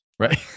right